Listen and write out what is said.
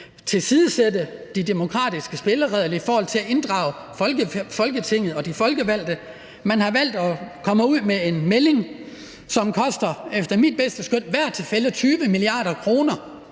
tilsidesætte de demokratiske spilleregler i forhold til at inddrage Folketinget og de folkevalgte. Man har valgt at komme med en melding, som efter mit bedste skøn i hvert fald koster 20 mia. kr.,